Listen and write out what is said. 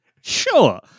Sure